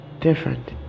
different